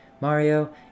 Mario